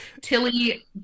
Tilly